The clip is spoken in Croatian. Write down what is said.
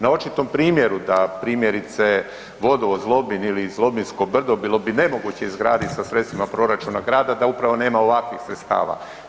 Na očitom primjeru da primjerice vodovod Zlobin ili Zlobinsko brdo bilo bi nemoguće izgraditi sa sredstvima proračuna grada da upravo nema ovakvih sredstava.